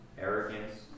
arrogance